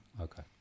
okay